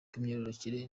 bw’imyororokere